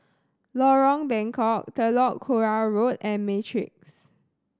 Lorong Bengkok Telok Kurau Road and Matrix